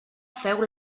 féu